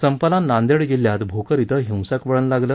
संपाला नांदेड जिल्ह्यात भोकर इथं हिंसक वळण लागलं